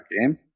game